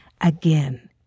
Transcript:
again